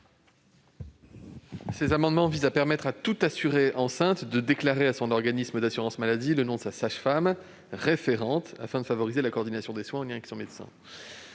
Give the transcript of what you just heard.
Ces amendements tendent à permettre à toute assurée enceinte de déclarer à son organisme d'assurance maladie le nom d'une sage-femme référente, afin de favoriser la coordination des soins, en lien avec son médecin.